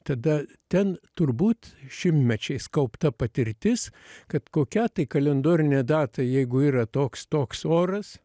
tada ten turbūt šimtmečiais kaupta patirtis kad kokia tai kalendorinė data jeigu yra toks toks oras